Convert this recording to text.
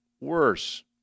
worse